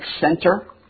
center